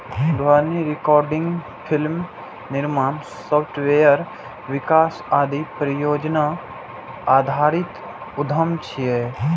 ध्वनि recording, film निर्माण, software विकास आदि परियोजना आधारित उद्यम छियै